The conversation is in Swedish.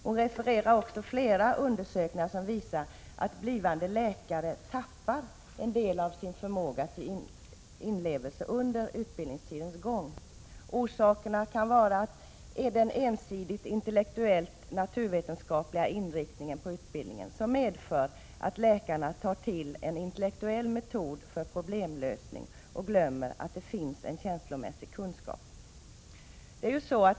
Hon refererar också flera undersökningar, som visar att blivande läkare tappar en del av sin förmåga till inlevelse under utbildningstidens gång. Orsaken kan vara den ensidigt intellektuellt naturvetenskapliga inriktningen på utbildningen, som medför att läkarna tar till en intellektuell metod för problemlösning och glömmer att det finns en känslomässig kunskap.